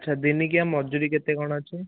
ଆଚ୍ଛା ଦିନିକିଆ ମଜୁରୀ କେତେ କ'ଣ ଅଛି